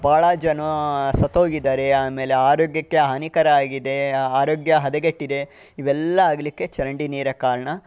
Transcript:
ಭಾಳ ಜನ ಸತ್ತೋಗಿದ್ದಾರೆ ಆಮೇಲೆ ಆರೋಗ್ಯಕ್ಕೆ ಹಾನಿಕರ ಆಗಿದೆ ಆರೋಗ್ಯ ಹದಗೆಟ್ಟಿದೆ ಇವೆಲ್ಲ ಆಗಲಿಕ್ಕೆ ಚರಂಡಿ ನೀರೇ ಕಾರಣ